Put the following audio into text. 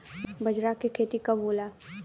बजरा के खेती कब होला?